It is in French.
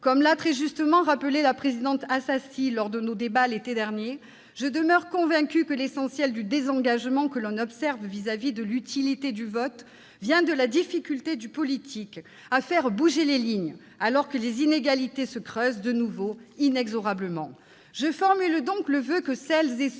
Comme l'a très justement rappelé Mme Assassi lors de nos débats de l'été dernier, je demeure convaincue que, pour l'essentiel, le désengagement que l'on observe à l'égard du vote tient à la difficulté, pour le politique, de faire bouger les lignes, alors que les inégalités se creusent de nouveau inexorablement. Je formule donc le voeu que celles et ceux